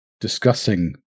discussing